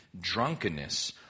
drunkenness